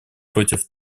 против